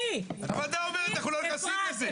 הוועדה אומרת שהם לא נכנסים לזה.